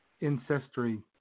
ancestry